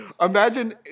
imagine